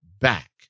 back